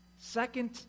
second